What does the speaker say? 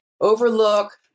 overlook